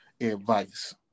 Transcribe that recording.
advice